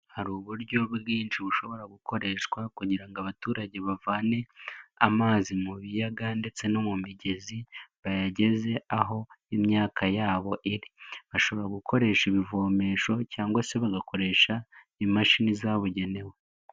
Hari uburyo bwinshi bushobora gukoreshwa kugira ngo abaturage bavane amazi mu biyaga ndetse no mu migezi bayageze aho imyaka yabo iri, bashobora gukoresha ibivomesho cyangwa se bagakoresha imashini zabugenewe.